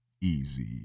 easy